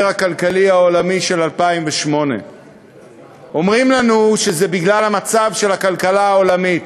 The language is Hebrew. הכלכלי העולמי של 2008. אומרים לנו שזה בגלל המצב של הכלכלה העולמית.